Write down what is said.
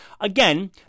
Again